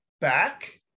back